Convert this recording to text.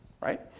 right